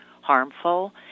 harmful